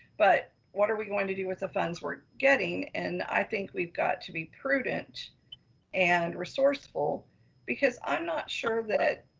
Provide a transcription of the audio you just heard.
but what are we gonna do with the funds we're getting? and i think we've got to be prudent and resourceful because i'm not sure that,